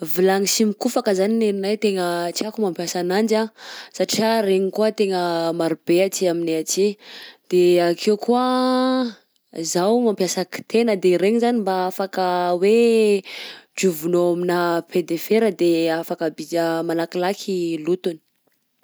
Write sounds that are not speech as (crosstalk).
Vilagny sy mikofaka zany ny anahy tegna tiako mampiasa ananjy satria regny koa tegna maro be aty aminay aty; de akeo koa anh, izaho mampiasa kitay na de iregny zany mba afaka hoe diovinao aminà paille de fer de afaka bi (hesitation) malakilaky ny lotogny.